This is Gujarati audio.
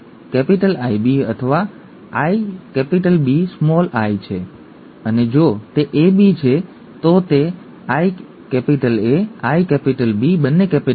જો તે B જૂથ હોય તો તે IB IB અથવા IBi છે અને જો તે AB છે તો તે IA IB બંને કૈપિટલ્સ છે અને જો તે O છે જ્યારે A કે B હાજર નથી અથવા બીજા શબ્દોમાં કહીએ તો ii